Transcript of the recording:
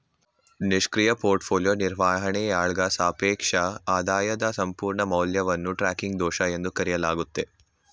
ನಿಷ್ಕ್ರಿಯ ಪೋರ್ಟ್ಫೋಲಿಯೋ ನಿರ್ವಹಣೆಯಾಳ್ಗ ಸಾಪೇಕ್ಷ ಆದಾಯದ ಸಂಪೂರ್ಣ ಮೌಲ್ಯವನ್ನು ಟ್ರ್ಯಾಕಿಂಗ್ ದೋಷ ಎಂದು ಕರೆಯಲಾಗುತ್ತೆ